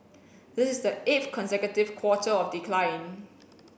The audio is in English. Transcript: this is the eighth consecutive quarter of decline